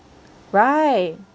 right